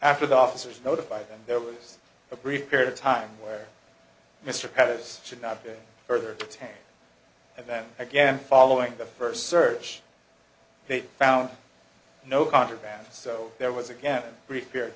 after the officers notify them there was a brief period of time where mr pettus should not do further attempts and then again following the first search they found no contraband so there was again a brief period